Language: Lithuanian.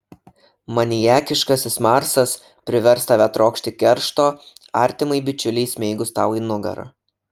maniakiškasis marsas privers tave trokšti keršto artimai bičiulei smeigus tau į nugarą